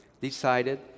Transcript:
decided